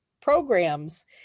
programs